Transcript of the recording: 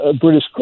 British